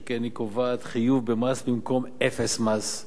שכן היא קובעת חיוב במס במקום אפס מס.